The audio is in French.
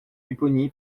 pupponi